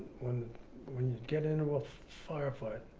when we get into a firefight,